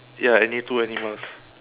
ya any two animals